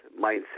mindset